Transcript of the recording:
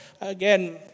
again